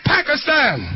Pakistan